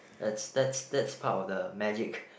that's that's that's part of the magic